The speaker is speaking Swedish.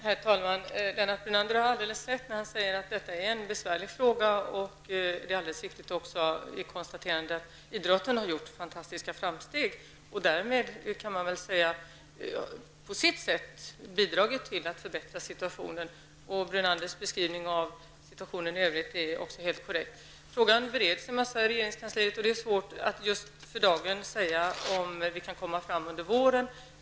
Herr talman! Lennart Brunander har alldeles rätt när han säger att detta är en besvärlig fråga. Det är ett alldeles riktigt konstaterande att idrotten har gjort fantastiska framsteg. Därmed kan man säga att idrotten på sitt sätt har bidragit till att förbättra situationen. Brunanders beskrivning av situationen i övrigt är också helt korrekt. Frågan bereds i regeringskansliet, och det är svårt att just för dagen säga om vi kan komma med ett förslag under våren.